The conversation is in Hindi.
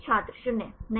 छात्र 0 नहीं